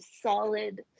solid